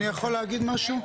אני יכול לומר משהו?